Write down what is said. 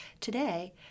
today